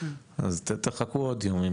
אז תחכו עוד יום,